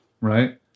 Right